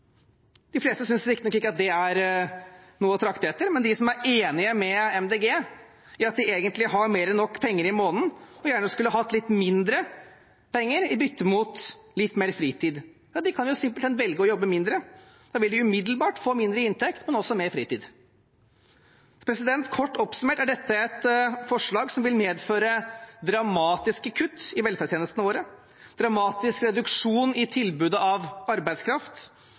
De fleste synes riktignok ikke at det er noe å trakte etter, men de som er enige med Miljøpartiet De Grønne i at de egentlig har mer enn nok penger i måneden og gjerne skulle hatt litt mindre penger i bytte mot litt mer fritid, kan simpelthen velge å jobbe mindre. Da vil de umiddelbart få mindre inntekt, men også mer fritid. Kort oppsummert er dette et forslag som vil medføre dramatiske kutt i velferdstjenestene våre og dramatisk reduksjon i tilbudet av arbeidskraft.